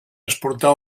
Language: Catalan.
exportar